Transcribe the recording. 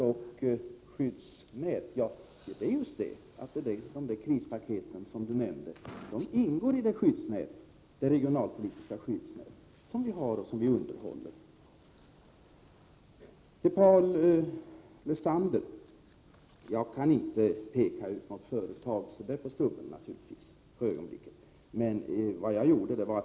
Och krispaketen ingår just i det regionalpolitiska skyddsnät som vi har och som vi underhåller. Så till Paul Lestander: Jag kan naturligtvis inte namnge något företag så här på ögonblicket.